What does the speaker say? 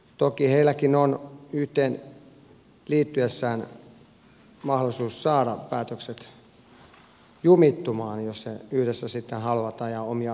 toki heilläkin on yhteen liittyessään mahdollisuus saada päätökset jumittumaan jos he yhdessä sitten haluavat ajaa omia asioitaan